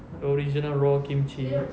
original raw kimchi